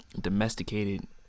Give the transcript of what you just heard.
domesticated